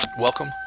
Welcome